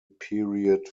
period